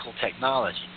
technology